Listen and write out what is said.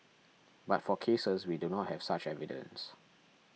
but for cases we do not have such evidence